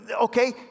okay